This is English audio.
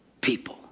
people